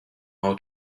how